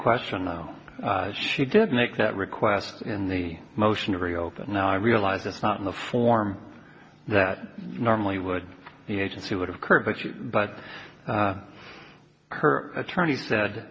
question though she did make that request in the motion to reopen and i realize it's not in the form that normally would the agency would occur but you but her attorney said